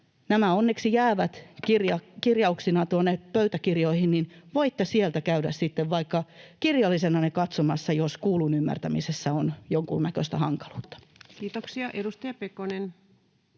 kirjauksina tuonne pöytäkirjoihin, niin voitte sieltä käydä sitten vaikka kirjallisena ne katsomassa, jos kuullun ymmärtämisessä on jonkunnäköistä hankaluutta. Kiitoksia. — Edustaja Pekonen.